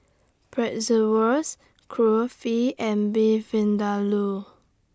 Bratwurst Kulfi and Beef Vindaloo